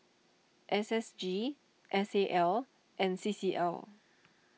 S S G S A L and C C L